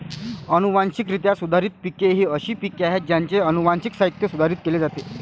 अनुवांशिकरित्या सुधारित पिके ही अशी पिके आहेत ज्यांचे अनुवांशिक साहित्य सुधारित केले जाते